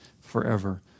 forever